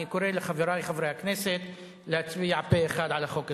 אני קורא לחברי חברי הכנסת להצביע פה-אחד על החוק הזה.